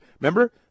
Remember